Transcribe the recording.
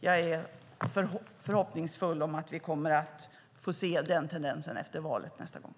Jag är hoppfull om att vi kommer att se en sådan tendens efter nästa val.